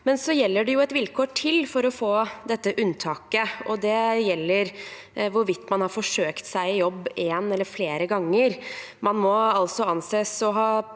Men det er et vilkår til for å få dette unntaket, og det gjelder hvorvidt man har forsøkt seg i jobb en eller flere ganger. Man må altså anses å ha